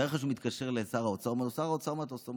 תאר לך שהוא מתקשר לשר האוצר ואומר לו: שר האוצר מה אתה עושה?